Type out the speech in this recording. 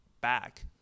back